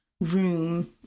room